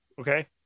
okay